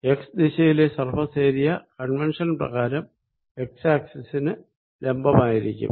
X ദിശയിലെ surface area convention പ്രകാരം X ആക്സിസിന് ലംബമായിരിക്കും